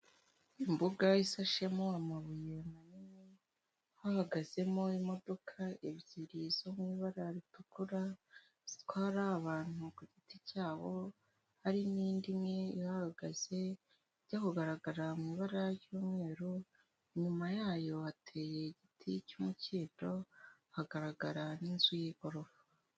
Imbuga isashemo amabuye manini hahagazemo imodoka ebyiri zo mu ibara ritukura zitwara abantu ku giti cyabo hari n'indi imwe ihahagaze ijya kugaragara mu ibara ry'umweru inyuma yayo hateye igiti cy'umukido hagaragara n'inzu y'igorofa.